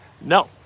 No